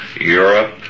Europe